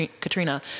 Katrina